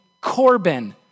Corbin